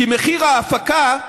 כי מחיר ההפקה,